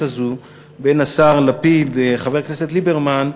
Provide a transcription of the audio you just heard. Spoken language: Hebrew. הזאת בין השר לפיד לחבר הכנסת ליברמן,